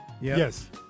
Yes